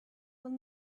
will